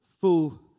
full